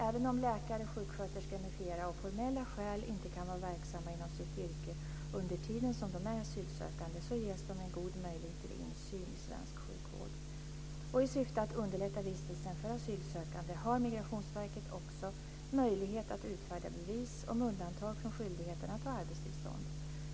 Även om läkare, sjuksköterskor m.fl. av formella skäl inte kan vara verksamma inom sitt yrke under tiden som de är asylsökande ges de en god möjlighet till insyn i svensk sjukvård. Migrationsverket också möjlighet att utfärda bevis om undantag från skyldigheten att ha arbetstillstånd.